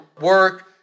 work